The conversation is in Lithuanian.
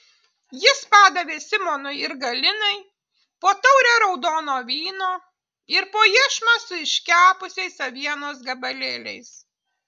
jis padavė simonui ir galinai po taurę raudono vyno ir po iešmą su iškepusiais avienos gabalėliais